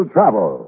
Travel